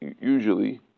usually